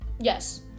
yes